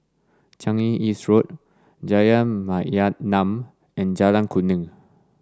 Changi East Road Jalan Mayaanam and Jalan Kuning